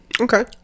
Okay